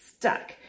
Stuck